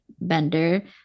Bender